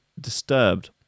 disturbed